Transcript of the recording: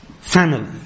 family